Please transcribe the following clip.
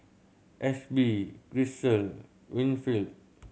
Ashby Grisel Winfield